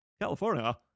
California